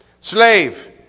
Slave